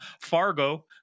Fargo